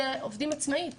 שעובדים עצמאית,